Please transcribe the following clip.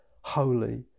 holy